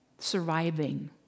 surviving